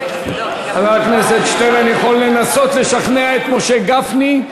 חבר הכנסת שטרן יכול לנסות לשכנע את משה גפני.